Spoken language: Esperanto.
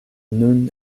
nun